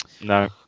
No